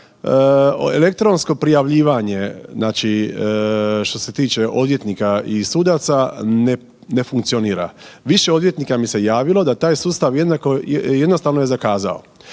elektronsko prijavljivanje, što se tiče odvjetnika i sudaca ne funkcionira. Više odvjetnika mi se javilo da taj sustav jednostavno je zakazao.